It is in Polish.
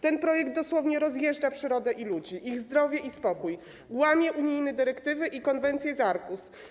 Ten projekt dosłownie rozjeżdża przyrodę i ludzi, ich zdrowie i spokój, łamie unijne dyrektywy i konwencję z Aarhus.